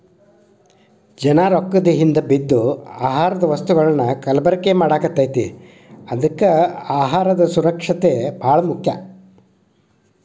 ಜನಾ ರೊಕ್ಕದ ಹಿಂದ ಬಿದ್ದ ಆಹಾರದ ವಸ್ತುಗಳನ್ನಾ ಕಲಬೆರಕೆ ಮಾಡಾಕತೈತಿ ಅದ್ಕೆ ಅಹಾರ ಸುರಕ್ಷಿತ ಬಾಳ ಮುಖ್ಯ